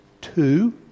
two